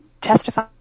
testify